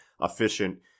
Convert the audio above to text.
efficient